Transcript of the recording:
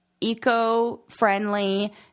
eco-friendly